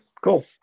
Cool